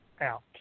out